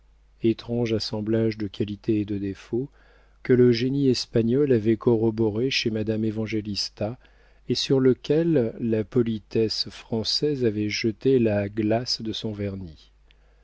étrange assemblage de qualités et de défauts que le génie espagnol avait corroboré chez madame évangélista et sur lequel la politesse française avait jeté la glace de son vernis